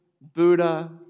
Buddha